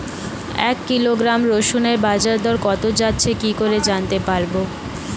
এক কিলোগ্রাম রসুনের বাজার দর কত যাচ্ছে কি করে জানতে পারবো?